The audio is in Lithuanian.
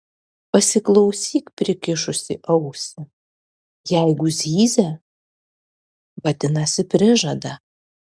pasiklausyk prikišusi ausį jeigu zyzia vadinasi prižada